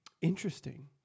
Interesting